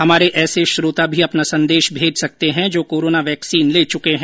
हमारे ऐसे श्रोता भी अपना संदेश भेज सकते हैं जो कोरोना वैक्सीन ले चुके हैं